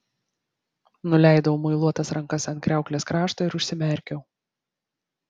nuleidau muiluotas rankas ant kriauklės krašto ir užsimerkiau